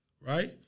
Right